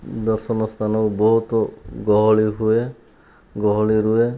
ଦର୍ଶନ ସ୍ଥାନରେ ବି ବହୁତ ଗହଳି ହୁଏ ଗହଳି ରୁହେ